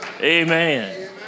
Amen